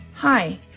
Hi